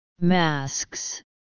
masks